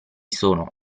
sono